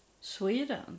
Sweden